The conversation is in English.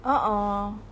a'ah